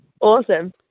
Awesome